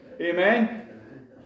Amen